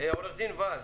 עורך הדין וול,